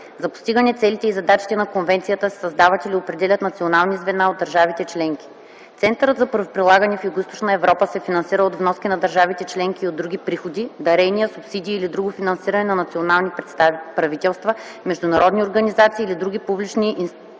За постигане целите и задачите на конвенцията се създават или определят национални звена от държавите членки. Центърът за правоприлагане в Югоизточна Европа се финансира от вноски на държавите членки и от други приходи – дарения, субсидии или друго финансиране на национални правителства, международни организации или други публични източници,